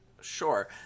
Sure